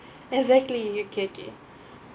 exactly you K K